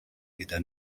gyda